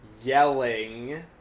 yelling